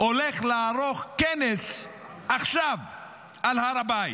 הולך לערוך עכשיו כנס על הר הבית,